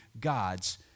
God's